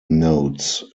notes